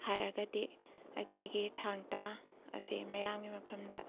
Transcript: ꯍꯥꯏꯔꯒꯗꯤ ꯑꯩꯈꯣꯏꯒꯤ ꯊꯥꯡ ꯇꯥ ꯑꯁꯤ ꯃꯌꯥꯝꯒꯤ ꯃꯐꯝꯗ